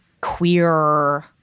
queer